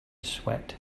sweat